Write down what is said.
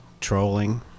trolling